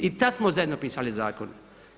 I tad smo zajedno pisali zakon.